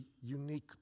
unique